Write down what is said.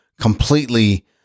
completely